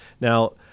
now